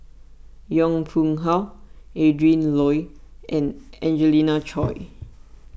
Yong Pung How Adrin Loi and Angelina Choy